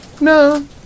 No